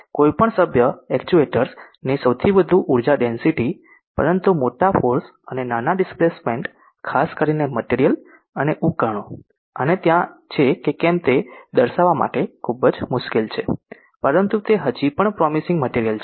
કોઈપણ સભ્ય એક્ચ્યુએટર્સ ની સૌથી વધુ ઊર્જા ડેન્સીટી પરંતુ મોટા ફોર્સ અને નાના ડીસપ્લેસમેન્ટ ખાસ કરીને મટિરિયલ અને ઉપકરણો અને ત્યાં છે કે કેમ તે દર્શાવવા માટે ખૂબ જ મુશ્કેલ છે પરંતુ તે હજી પણ પ્રોમિસિંગ મટિરિયલ છે